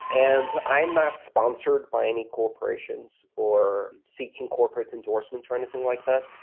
and i am not sponsored by any corporations or seeking corporate endorsements or anything like that,